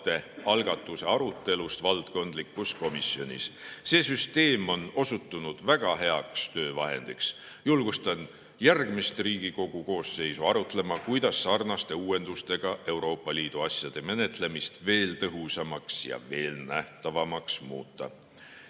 algatuse arutelust valdkondlikus komisjonis. See süsteem on osutunud väga heaks töövahendiks. Julgustan järgmist Riigikogu koosseisu arutlema, kuidas sarnaste uuendustega Euroopa Liidu asjade menetlemist veel tõhusamaks ja nähtavamaks muuta. Kaks